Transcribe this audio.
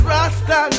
Rasta